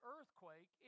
earthquake